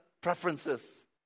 preferences